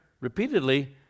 repeatedly